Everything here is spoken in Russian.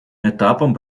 этапом